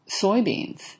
soybeans